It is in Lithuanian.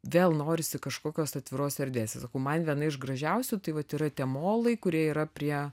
vėl norisi kažkokiose atvirose erdvėse sakau man viena iš gražiausių tai vat yra tie molai kurie yra prie